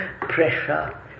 pressure